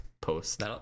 post